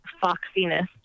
foxiness